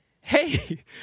hey